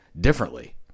differently